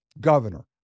governor